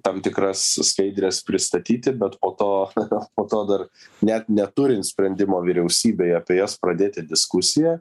tam tikras skaidres pristatyti bet po to po to dar net neturint sprendimo vyriausybei apie jas pradėti diskusiją